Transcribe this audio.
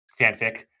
fanfic